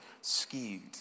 skewed